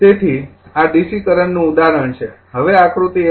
તેથી અને આ ડીસી કરંટનું ઉદાહરણ છે હવે આકૃતિ ૧